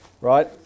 right